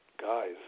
guys